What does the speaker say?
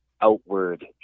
outward